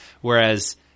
Whereas